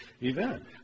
event